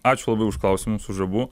ačiū labai už klausimus už abu